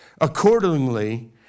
accordingly